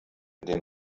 den